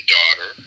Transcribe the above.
daughter